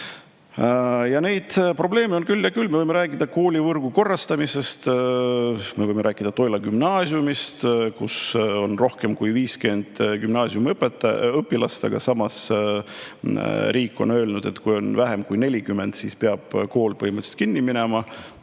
Neid probleeme on küll ja küll. Me võime rääkida koolivõrgu korrastamisest. Me võime rääkida Toila Gümnaasiumist, kus on rohkem kui 50 õpilast, ja riik on öelnud, et kui on vähem kui 40, siis peab kool põhimõtteliselt kinni minema.